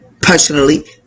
personally